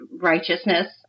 righteousness